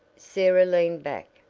sarah leaned back,